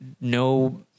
no